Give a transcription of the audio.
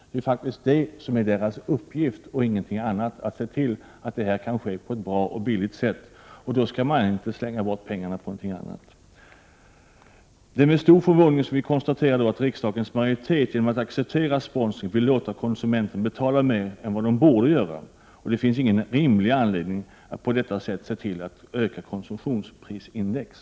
Det är ju faktiskt dessa företags uppgift att se till att detta kan ske på ett billigt och bra sätt. Då skall inte pengar slängas bort på något annat. Det är med stor förvåning som vi konstaterar att riksdagens majoritet genom att acceptera sponsring vill låta konsumenterna betala mer än vad de borde göra för dessa företags tjänster. Det finns ingen rimlig anledning att på detta sätt höja konsumentprisindex.